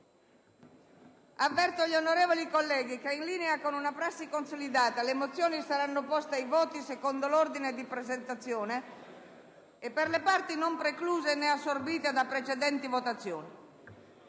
avverto gli onorevoli colleghi che, in linea con una prassi consolidata, le mozioni saranno poste ai voti secondo l'ordine di presentazione e per le parti non precluse né assorbite da precedenti votazioni.